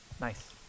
nice